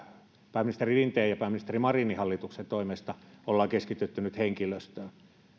pääministeri rinteen ja pääministeri marinin hallituksen toimesta ollaan keskitytty nyt henkilöstöön